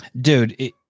Dude